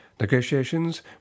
Negotiations